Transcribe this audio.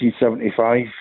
1975